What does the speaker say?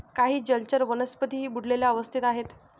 काही जलचर वनस्पतीही बुडलेल्या अवस्थेत आहेत